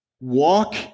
walk